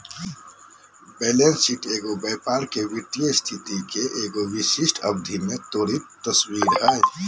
balance sheet एगो व्यापार के वित्तीय स्थिति के एगो विशिष्ट अवधि में त्वरित तस्वीर हइ